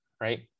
right